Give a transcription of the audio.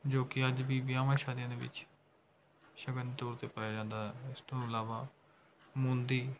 ਜੋ ਕਿ ਅੱਜ ਵੀ ਵਿਆਹਾਂ ਸ਼ਾਦੀਆਂ ਦੇ ਵਿੱਚ ਸ਼ਗਨ ਦੇ ਤੌਰ 'ਤੇ ਪਾਇਆ ਜਾਂਦਾ ਹੈ ਇਸ ਤੋਂ ਇਲਾਵਾ ਮੁੰਦੀ